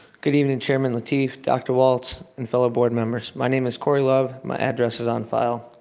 good evening chairman lateef, dr. walts, and fellow board members. my name is corey love, my address is on file.